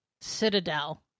citadel